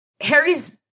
Harry's